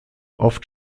oft